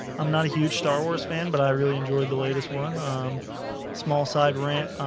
i'm not a huge star wars fan, but i really enjoyed the latest one small side rant.